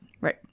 Right